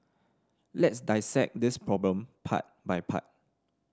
let's dissect this problem part by part